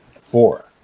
Four